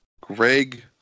Greg